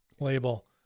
label